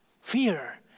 fear